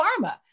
pharma